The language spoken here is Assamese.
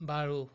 বাৰু